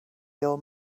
your